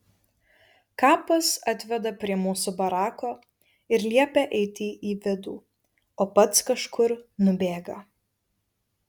kapas atveda prie mūsų barako ir liepia eiti į vidų o pats kažkur nubėga